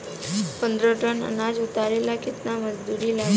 पन्द्रह टन अनाज उतारे ला केतना मजदूर लागी?